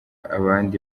abandi